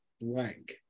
blank